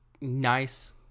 nice